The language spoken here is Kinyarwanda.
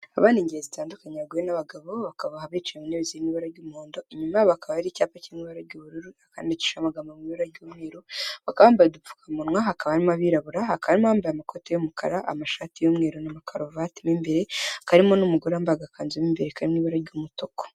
Aba ni ingeri zitandukanye abagore n'abagabo, bakaba bicaye mu ntebe zi mu ibara ry'umuhondo, inyuma hakaba hari icyapa kiri mu ibara ry'ubururu, hakaba handikishije amagambo mu ibara ry'umweru, bakaba bambaye udupfukamunwa, hakaba harimo abirabura, hakaba harimo abambaye amakoti y'umukara, amashati y'umweru n'amakaruvati mu imbere, hakaba harimo n'umugore wambaye agakanzu mu imbere kari mu iburara ry'umutuku.